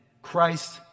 Christ